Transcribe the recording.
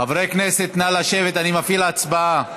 חברי הכנסת, נא לשבת, אני מפעיל הצבעה.